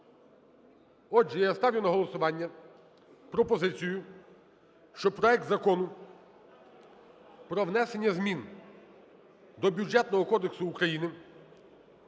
Отже, я ставлю на голосування пропозицію, щоб проект Закону про внесення змін до Бюджетного кодексу України